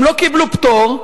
הם לא קיבלו פטור,